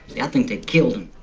yeah think they killed him.